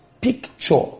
picture